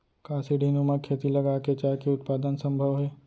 का सीढ़ीनुमा खेती लगा के चाय के उत्पादन सम्भव हे?